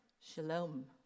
shalom